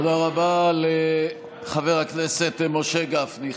תודה רבה לחבר הכנסת משה גפני.